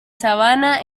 sabana